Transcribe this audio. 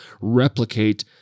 replicate